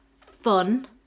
fun